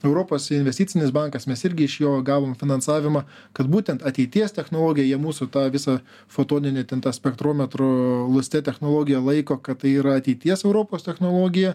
europos investicinis bankas mes irgi iš jo gavom finansavimą kad būtent ateities technologija jie mūsų tą visą fotoninę ten tą spektrometro luste technologiją laiko kad tai yra ateities europos technologija